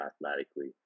mathematically